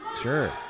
Sure